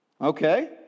Okay